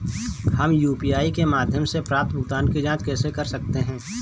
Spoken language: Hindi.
हम यू.पी.आई के माध्यम से प्राप्त भुगतान की जॉंच कैसे कर सकते हैं?